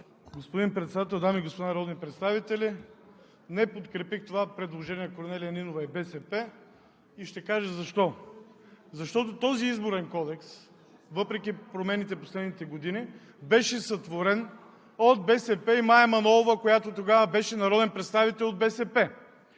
Господин Председател, дами и господа народни представители! Не подкрепих това предложение на Корнелия Нинова и БСП и ще кажа защо. Защото този изборен кодекс, въпреки промените в последните години, беше сътворен от БСП и Мая Манолова, която тогава беше народен представител от БСП.